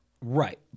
Right